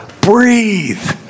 breathe